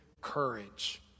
courage